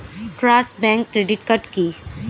Trust bank credit card কি?